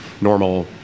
normal